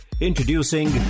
Introducing